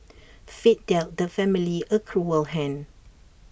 fate dealt the family A cruel hand